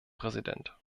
präsident